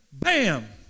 BAM